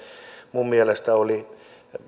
minun mielestäni oli